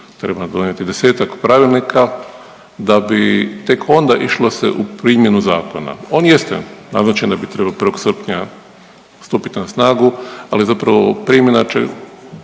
treba donijeti 10-tak pravilnika da bi tek onda išlo se u primjenu zakona, on jeste, naznačeno je da bi trebao 1. srpnja stupit na snagu, ali zapravo primjena će